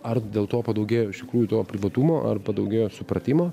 ar dėl to padaugėjo iš tikrųjų to privatumo ar padaugėjo supratimo